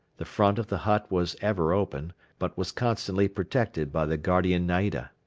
the front of the hut was ever open but was constantly protected by the guardian naida.